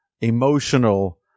emotional